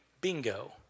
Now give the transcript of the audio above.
bingo